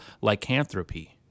lycanthropy